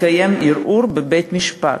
מתקיים ערעור בבית-משפט,